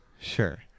Sure